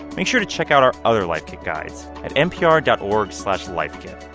make sure to check out our other life kit guides at npr dot org slash lifekit.